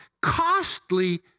costly